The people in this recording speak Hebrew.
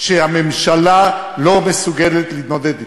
שהממשלה לא מסוגלת להתמודד אתן.